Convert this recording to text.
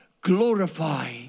Glorify